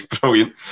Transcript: brilliant